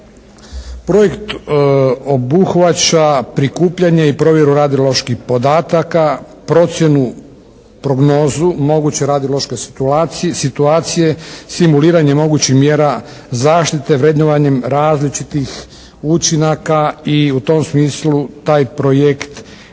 Projekt obuhvaća prikupljanje i provjeru radioloških podataka, procjenu prognozu moguće radiološke situacije, simuliranje mogućih mjera zaštite vrednovanjem različitih učinaka i u tom smislu taj projekt je